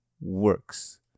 works